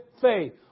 faith